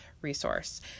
resource